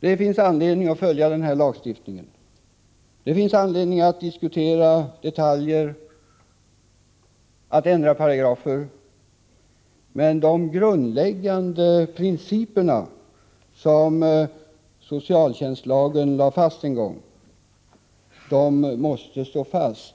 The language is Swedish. det finns anledning att följa den här lagen. Det finns anledning att diskutera detaljer, att ändra paragrafer, men de grundläggande principer som socialtjänstlagen en gång fastlade måste stå fast.